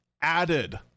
added